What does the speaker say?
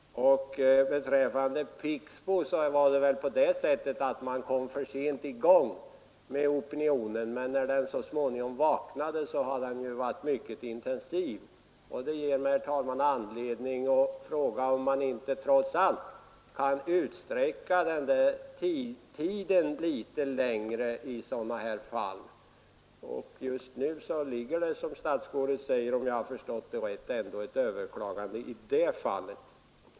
Beträffande Pixbo var det väl på det sättet att man kom för sent i gång med opinionen, men sedan den så småningom vaknat har den varit mycket intensiv. Det ger mig, herr talman, anledning att fråga om man inte trots allt kan utsträcka tiden litet i sådana här fall. Just nu föreligger det ändå, om jag förstått statsrådet rätt, ett överklagande.